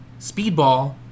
speedball